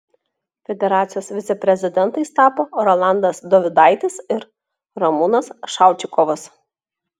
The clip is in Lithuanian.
federacijos viceprezidentais tapo rolandas dovidaitis ir ramūnas šaučikovas